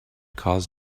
cause